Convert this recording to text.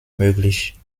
möglich